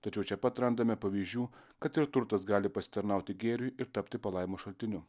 tačiau čia pat randame pavyzdžių kad ir turtas gali pasitarnauti gėriui ir tapti palaimos šaltiniu